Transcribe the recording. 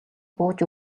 бууж